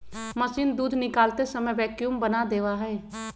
machine दूध निकालते समय वैक्यूम बना देवा हई